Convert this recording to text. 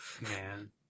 Man